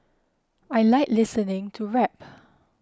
I like listening to rap